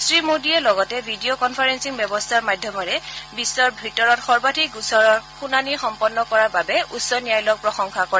শ্ৰী মোদীয়ে লগতে V D O conferencing ব্যৱস্থাৰ মাধ্যমেৰে বিশ্বৰ ভিতৰত সৰ্বাধিক গোচৰৰ শুনানি সম্পন্ন কৰাৰ বাবে উচ্চতম ন্যায়ালয়ক প্ৰশংসা কৰে